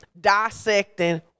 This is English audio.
dissecting